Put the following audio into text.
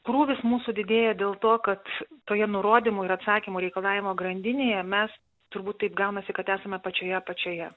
krūvis mūsų didėja dėl to kad toje nurodymų ir atsakymų reikalavimo grandinėje mes turbūt taip gaunasi kad esame pačioje apačioje